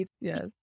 yes